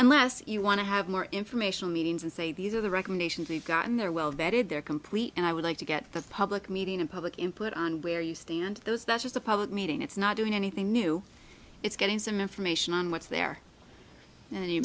unless you want to have more informational meetings and say these are the recommendations we've got in there well vetted they're complete and i would like to get the public meeting and public input on where you stand those that's just a public meeting it's not doing anything new it's getting some information on what's there and you